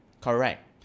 Correct